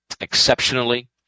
exceptionally